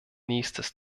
nächstes